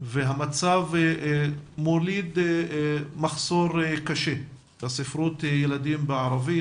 והמצב מוליד מחסור קשה בספרות ילדים בערבית,